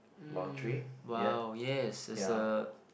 um !wow! yes it's a